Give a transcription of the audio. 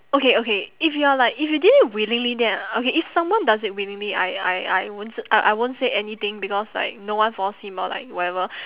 okay okay if you are like if you did it willingly then uh okay if someone does it willingly I I I won't s~ I I won't say anything because like no one force him or like whatever